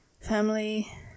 family